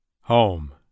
Home